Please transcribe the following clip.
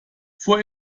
vor